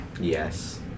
Yes